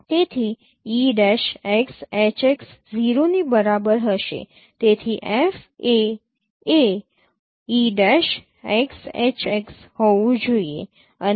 તેથી e'XHx 0 ની બરાબર હશે તેથી FA એ e'XHx હોવું જોઈએ